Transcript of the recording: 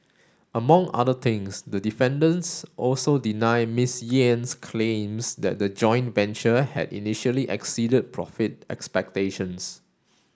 among other things the defendants also deny Miss Yen's claims that the joint venture had initially exceeded profit expectations